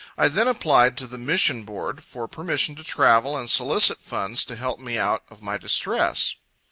i then applied to the mission board, for permission to travel and solicit funds to help me out of my distress.